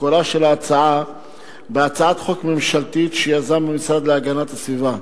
מקורה של ההצעה בהצעת חוק ממשלתית שיזם המשרד להגנת הסביבה.